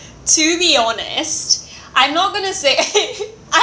to be honest I'm not going to say I